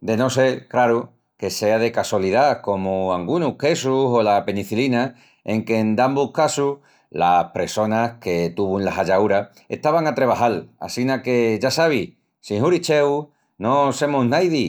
De no sel, craru, que sea de casolidá comu angunus quesus o la penicilina, enque en dambus casus las pressonas que tuvun la hallaúra estavan a trebajal assina que ya sabis, sin huricheu no semus naidi.